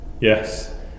Yes